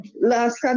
Last